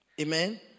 Amen